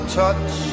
touch